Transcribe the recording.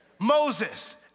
Moses